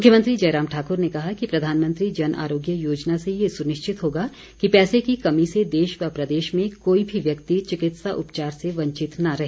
मुख्यमंत्री जयराम ठाकर ने कहा कि प्रधानमंत्री जन आरोग्य योजना से ये सुनिश्चित होगा कि पैसे की कमी से देश व प्रदेश में कोई भी व्यक्ति चिकित्सा उपचार से वंचित न रहे